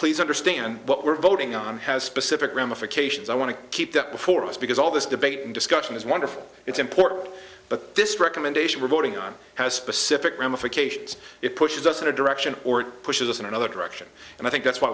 please understand what we're voting on has specific ramifications i want to keep that before us because all this debate and discussion is wonderful it's important but this recommendation we're voting on has specific ramifications it pushes us in a direction or pushes us in another direction and i think that's why